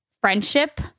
friendship